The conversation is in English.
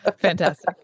fantastic